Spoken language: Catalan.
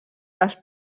les